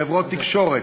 חברות תקשורת,